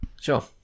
Sure